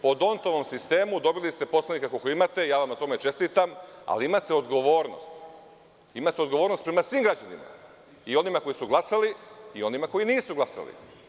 Po Dontovom sistemu dobili ste poslanika koliko imate i ja vam na tome čestitam, ali imate odgovornost prema svim građanima, i prema onima koji su glasali i prema onima koji nisu glasali.